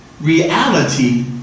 reality